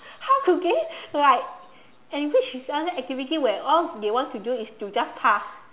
how to get right and in which they want to do an activity where all they want to do is to just pass